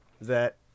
that-